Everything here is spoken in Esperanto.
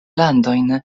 landojn